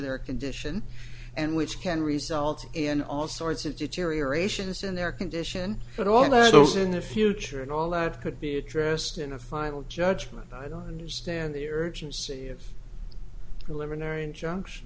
their condition and which can result in all sorts of deterioration as in their condition but all of those in the future and all that could be addressed in a final judgment i don't understand the urgency of reliving their injunction